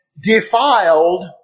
defiled